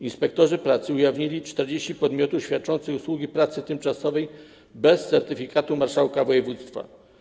Inspektorzy pracy ujawnili 40 podmiotów świadczących usługi pracy tymczasowej bez certyfikatu marszałka województwa.